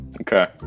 okay